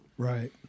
Right